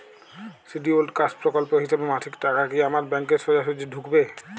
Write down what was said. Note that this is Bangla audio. শিডিউলড কাস্ট প্রকল্পের হিসেবে মাসিক টাকা কি আমার ব্যাংকে সোজাসুজি ঢুকবে?